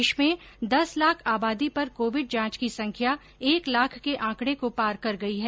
देश में दस लाख आबादी पर कोविड जांच की संख्या एक लाख के आंकड़े को पार कर गई है